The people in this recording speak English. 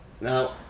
Now